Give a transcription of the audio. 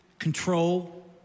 Control